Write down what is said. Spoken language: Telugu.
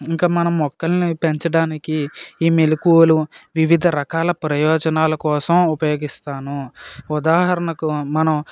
ఇంక మనం మొక్కల్ని పెంచడానికి ఈ మెలకువలు వివిధ రకాల ప్రయోజనాల కోసం ఉపయోగిస్తాను ఉదాహరణకు మనం